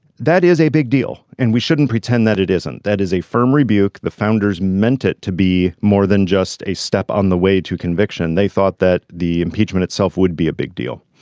that is a big deal and we shouldn't pretend that it isn't. that is a firm rebuke. the founders meant it to be more than just a step on the way to conviction. they thought that the impeachment itself would be a big deal